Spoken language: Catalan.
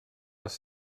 les